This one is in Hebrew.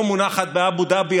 לא מונחת באבו דאבי,